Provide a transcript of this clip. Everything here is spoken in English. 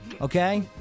Okay